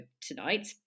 tonight